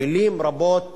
מלים רבות